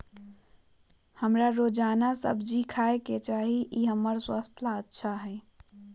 हमरा रोजाना सब्जिया खाय के चाहिए ई हमर स्वास्थ्य ला अच्छा हई